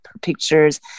pictures